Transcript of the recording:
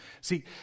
See